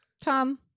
Tom